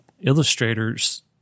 illustrators